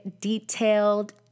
detailed